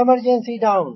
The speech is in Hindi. emergency down